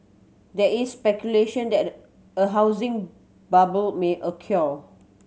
there is speculation that a housing bubble may occur